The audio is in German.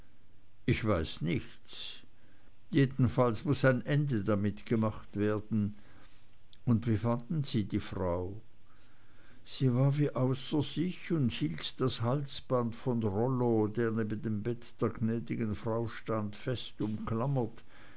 ich weiß nichts jedenfalls muß ein ende damit gemacht werden und wie fanden sie die frau sie war wie außer sich und hielt das halsband von rollo der neben dem bett der gnäd'gen frau stand fest umklammert